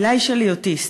עילי שלי אוטיסט.